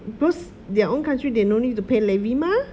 because their own country they no need to pay levy mah